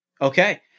Okay